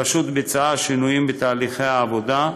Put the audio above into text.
הרשות ביצעה שינויים בתהליכי העבודה,